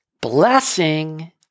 blessing